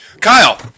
Kyle